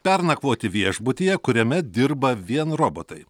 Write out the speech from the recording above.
pernakvoti viešbutyje kuriame dirba vien robotai